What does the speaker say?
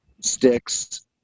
sticks